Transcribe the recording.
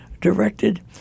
directed